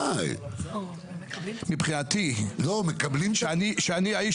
מבחינתי, שאני האיש